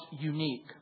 unique